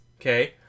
okay